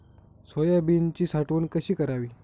सोयाबीनची साठवण कशी करावी?